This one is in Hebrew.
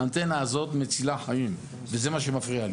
האנטנה הזאת מצילה חיים וזה מה שמפריע לי.